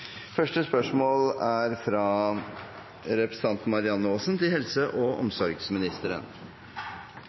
Spørsmål 2, fra representanten Kjersti Toppe til helse- og omsorgsministeren,